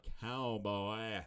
Cowboy